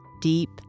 deep